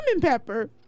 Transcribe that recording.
pepper